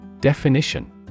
Definition